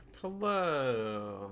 Hello